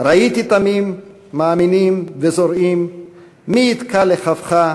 "ראיתי תמים מאמינים וזורעים / מי יתקע לכפך,